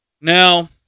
Now